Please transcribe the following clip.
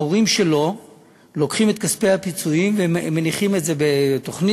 ההורים שלו לוקחים את כספי הפיצויים והם מניחים את זה בתוכנית,